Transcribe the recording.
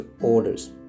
orders